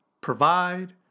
provide